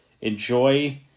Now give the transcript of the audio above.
enjoy